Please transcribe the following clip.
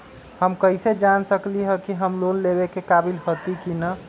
हम कईसे जान सकली ह कि हम लोन लेवे के काबिल हती कि न?